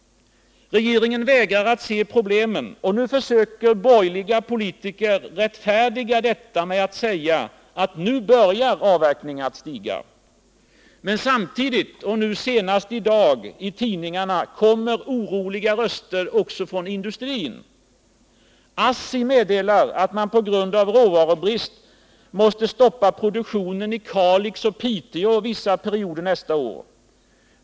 Regeringen vägrar att inse problemen. Borgerliga politiker försöker rättfärdiga detta med att säga att nu börjar avverkningarna att stiga. Men samtidigt — senast i dag i tidningarna — kommer oroliga röster också från industrin. ASSI meddelar att man på grund av råvarubrist måste stoppa produktionen i Kalix och Piteå vissa perioder nästa år.